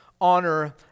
honor